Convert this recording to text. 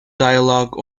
dialogue